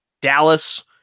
Dallas